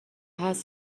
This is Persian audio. هست